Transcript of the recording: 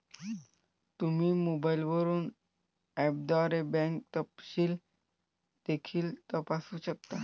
तुम्ही मोबाईलवरून ऍपद्वारे बँक तपशील देखील तपासू शकता